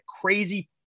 crazy